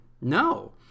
no